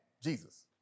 Jesus